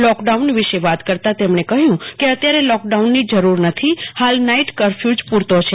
lockdown વિષે વાત કરતા તેમણે કહ્યું કે અત્યારે લોકડાઉનની જરૂર નથી હાલ નાઈટ કર્ફ્યુ જ પુરતો છે